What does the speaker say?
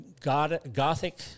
gothic